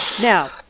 Now